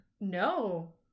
No